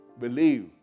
believe